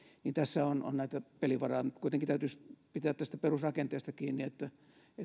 tässä on on tätä pelivaraa mutta kuitenkin täytyisi pitää tästä perusrakenteesta kiinni että